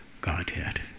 Godhead